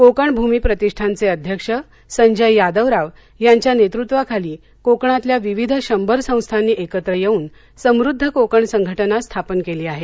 कोकण भूमी प्रतिष्ठानचे अध्यक्ष संजय यादवराव यांच्या नेतृत्वाखाली कोकणातल्या विविध शंभर संस्थांनी एकत्र येऊन समृद्ध कोकण संघटना स्थापन केली आहे